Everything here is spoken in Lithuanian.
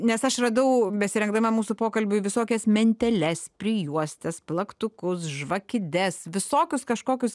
nes aš radau besirengdama mūsų pokalbiui visokias menteles prijuostes plaktukus žvakides visokius kažkokius